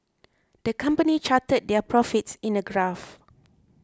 the company charted their profits in a graph